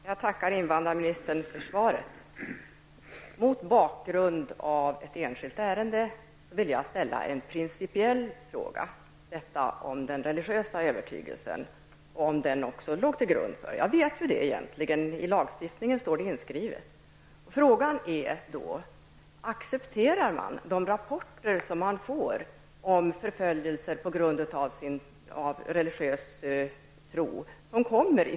Herr talman! Jag tackar invandrarministern för svaret. Mot bakgrund av ett enskilt ärende vill jag ställa en principiell fråga om den religiösa övertygelsen som grund för asyl. Jag vet att religiös övertygelse kan utgöra grund för beviljande av asylansökan. Detta står inskrivet i lagstiftningen. Frågan är då om de rapporter som kommer om människor som blir förföljda på grund av sin religiösa tro accepteras.